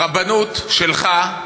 הרבנות שלך,